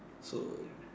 so